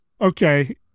okay